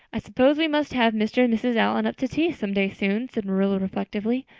i suppose we must have mr. and mrs. allan up to tea someday soon, said marilla reflectively.